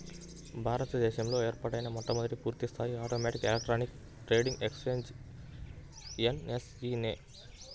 భారత దేశంలో ఏర్పాటైన మొట్టమొదటి పూర్తిస్థాయి automatic electronic trading exchange NSE నే